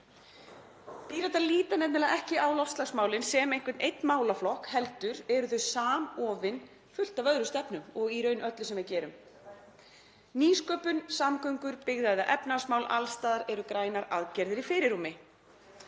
Píratar líta nefnilega ekki á loftslagsmálin sem einhvern einn málaflokk heldur eru þau samofin fullt af öðrum stefnum og í raun öllu sem við gerum. Nýsköpun, samgöngur, byggða- eða efnahagsmál; alls staðar eru grænar aðgerðir í fyrirrúmi.